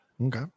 Okay